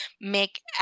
make